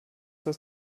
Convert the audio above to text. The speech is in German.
dass